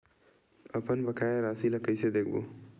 अपन बकाया राशि ला कइसे देखबो?